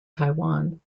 taiwan